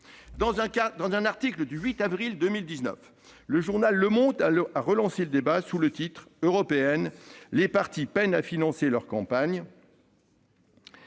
Dans un article du 6 avril 2019, le journal a relancé le débat sous le titre « Européennes : les partis peinent à financer leur campagne ».